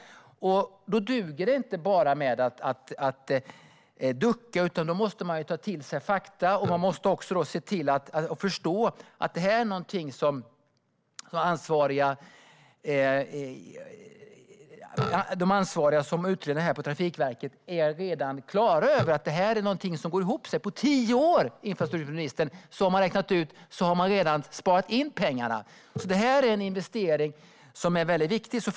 Det duger inte att bara ducka, utan man måste ta till sig fakta och förstå att de ansvariga utredarna på Trafikverket redan är klara över att detta går ihop sig. De har räknat ut att man på tio år har sparat in pengarna, infrastrukturministern. Detta är en väldigt viktig investering.